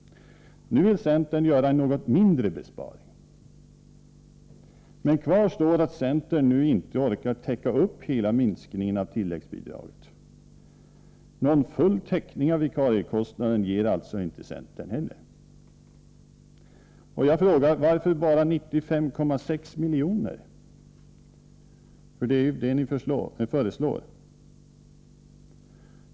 Nu vill centern göra en något mindre besparing. Men kvar står att centern nu inte orkar täcka upp hela minskningen av tilläggsbidraget. Någon full täckning av vikariekostnaden ger alltså inte centern. Jag frågar: Varför bara 95,6 miljoner? Det är ju vad ni föreslår.